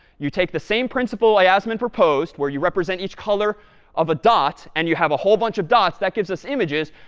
you take the same principle yasmin proposed, where you represent each color of a dot and you have a whole bunch of dots that gives us images,